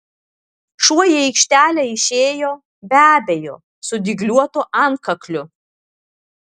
šuo į aikštelę išėjo be abejo su dygliuotu antkakliu